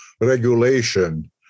regulation